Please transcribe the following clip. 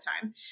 time